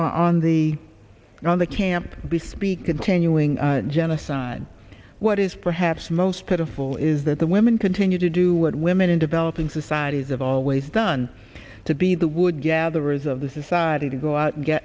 on the around the camp we speak continuing genocide what is perhaps most pitiful is that the women continue to do what women in developing societies have always done to be the would gatherers of the society to go out and get